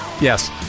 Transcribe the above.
Yes